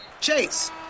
Chase